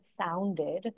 sounded